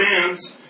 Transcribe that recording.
commands